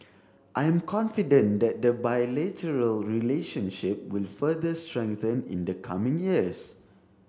I am confident that the bilateral relationship will further strengthen in the coming years